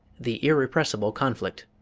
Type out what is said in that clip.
the irrepressible conflict.